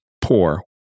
poor